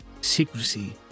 secrecy